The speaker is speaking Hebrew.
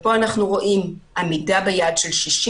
ופה אנחנו רואים עמידה ביעד של 60%,